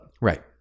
Right